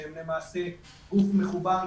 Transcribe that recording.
שהם למעשה גוף מחובר,